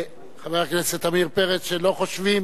חבר הכנסת עמיר פרץ, שלא חושבים